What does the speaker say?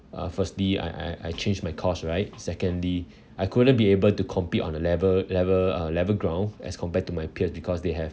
uh firstly I I I changed my course right secondly I couldn't be able to compete on a level level uh level ground as compared to my peers because they have